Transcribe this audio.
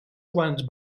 quants